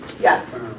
Yes